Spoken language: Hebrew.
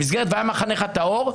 במסגרת והיה מחנך טהור,